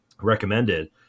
recommended